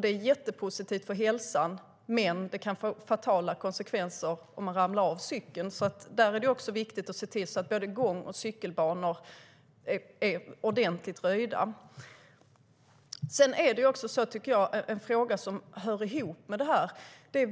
Det är jättepositivt för hälsan, men det kan få fatala konsekvenser om man ramlar av cykeln. Det är viktigt att se till att både gång och cykelbanor är ordentligt röjda.